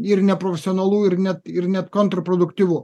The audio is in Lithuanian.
ir neprofesionalu ir net ir net kontrproduktyvu